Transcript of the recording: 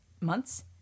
months